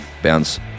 Bounce